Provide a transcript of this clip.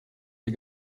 dir